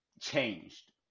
changed